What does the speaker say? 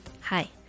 Hi